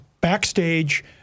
backstage